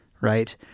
right